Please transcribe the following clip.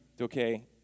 okay